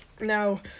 Now